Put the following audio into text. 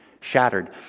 shattered